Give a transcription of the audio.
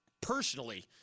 personally